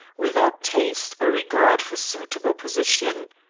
without taste or regard for suitable position.